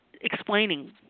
explaining